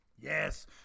Yes